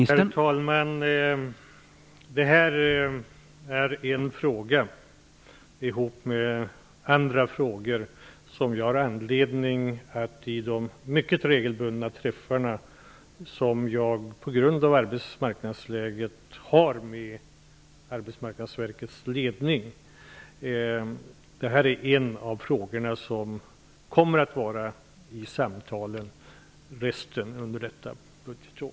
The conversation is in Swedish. Herr talman! Det här är en fråga som jag har anledning att tillsammans med andra angelägenheter diskutera på de mycket regelbundna träffar som jag på grund av arbetsmarknadsläget har med Arbetsmarknadsverkets ledning. Det är en av de frågor som kommer att beröras i samtalen under resten av detta budgetår.